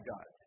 God